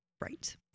Right